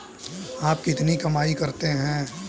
आप कितनी कमाई करते हैं?